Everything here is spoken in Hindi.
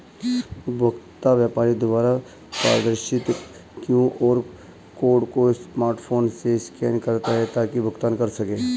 उपभोक्ता व्यापारी द्वारा प्रदर्शित क्यू.आर कोड को स्मार्टफोन से स्कैन करता है ताकि भुगतान कर सकें